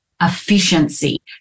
efficiency